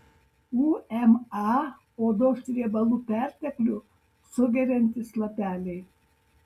uma odos riebalų perteklių sugeriantys lapeliai